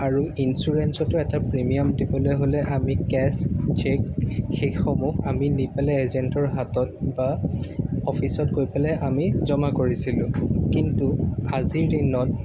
আৰু ইন্সুৰেঞ্চতো এটা প্ৰিমিয়াম দিবলৈ হ'লে কেচ চেক সেইসমূহ আমি নি পেলাই এজেণ্টৰ হাতত বা অ'ফিচত গৈ পেলাই আমি জমা কৰিছিলোঁ কিন্তু আজিৰ দিনত